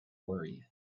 worry